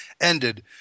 ended